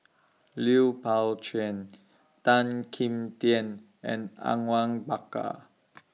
Lui Pao Chuen Tan Kim Tian and Awang Bakar